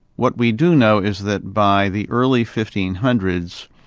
what we do know is that by the early fifteen hundreds,